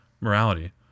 morality